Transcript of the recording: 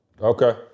Okay